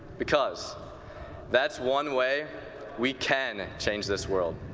because that's one way we can change this world.